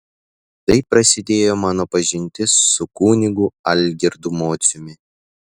taip prasidėjo mano pažintis su kunigu algirdu mociumi